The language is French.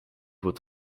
vos